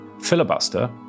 Filibuster